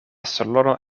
salono